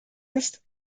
ist